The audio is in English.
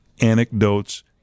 anecdotes